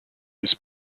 his